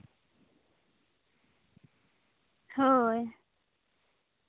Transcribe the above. ᱦᱳᱭ